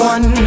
One